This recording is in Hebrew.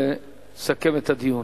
לסכם את הדיון.